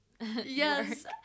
yes